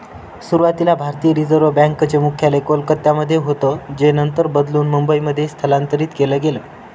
सुरुवातीला भारतीय reserve bank चे मुख्यालय कोलकत्यामध्ये होतं जे नंतर बदलून मुंबईमध्ये स्थलांतरीत केलं गेलं